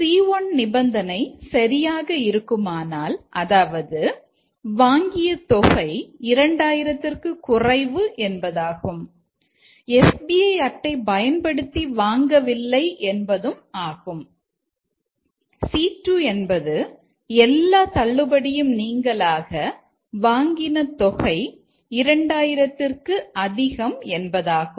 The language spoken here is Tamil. C1 நிபந்தனை சரியாக இருக்குமானால் அதாவது வாங்கிய தொகை 2000 ற்கு குறைவு என்பதாகும் எஸ்பிஐ அட்டை பயன்படுத்தி வாங்கவில்லை என்பது ஆகும் C2 என்பது எல்லா தள்ளுபடியும் நீங்கலாக வாங்கின தொகை 2000 ற்கு அதிகம் என்பதாகும்